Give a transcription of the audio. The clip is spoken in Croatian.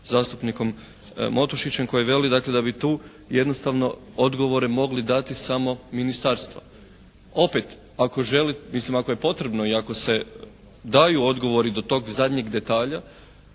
zastupnikom Matušićem koji veli dakle da bi tu jednostavno odgovore mogli dati samo ministarstva. Opet ako, mislim ako je potrebno i ako se daju odgovori do tog zadnjeg detalja,